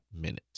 minute